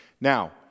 Now